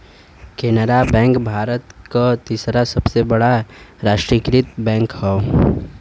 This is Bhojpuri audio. केनरा बैंक भारत क तीसरा सबसे बड़ा राष्ट्रीयकृत बैंक हौ